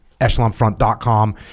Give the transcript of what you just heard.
echelonfront.com